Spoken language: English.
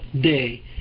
day